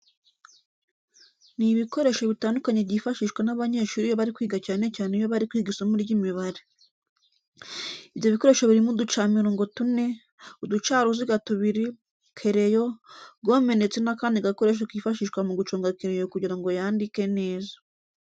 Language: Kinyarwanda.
Ni ibikoresho bitandukanye byifashishwa n'abanyeshuri iyo bari kwiga cyane cyane iyo bari kwiga isomo ry'imibare. Ibyo bikoresho birimo uducamirongo tune, uducaruziga tubiri, kereyo, gome ndetse n'akandi gakoresho kifashishwa mu guconga kereyo kugira ngo yandike neza.